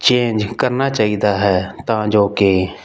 change ਕਰਨਾ ਚਾਹੀਦਾ ਹੈ ਤਾਂ ਜੋ ਕਿ